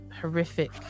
horrific